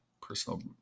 personal